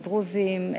לדרוזים,